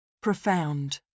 Profound